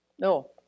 No